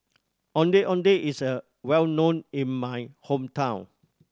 Ondeh Ondeh is a well known in my hometown